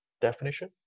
definition